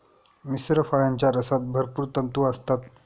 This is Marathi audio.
मिश्र फळांच्या रसात भरपूर तंतू असतात